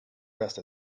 rest